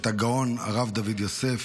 את הגאון הרב דוד יוסף.